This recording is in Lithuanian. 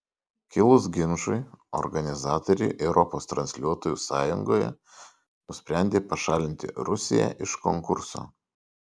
kilus ginčui organizatoriai europos transliuotojų sąjungoje nusprendė pašalinti rusiją iš konkurso